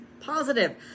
positive